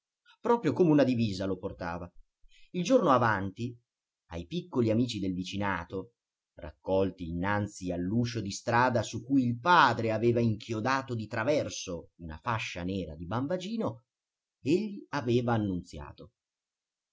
proprio come una divisa lo portava il giorno avanti ai piccoli amici del vicinato raccolti innanzi all'uscio di strada su cui il padre aveva inchiodato di traverso una fascia nera di bambagino egli aveva annunziato